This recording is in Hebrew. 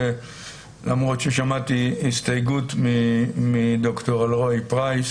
למרות ששמעתי הסתייגות מדוקטור אלרעי פרייס